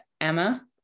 Emma